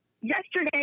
yesterday